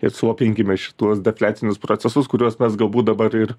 ir slopinkime šituos defliacinius procesus kuriuos mes galbūt dabar ir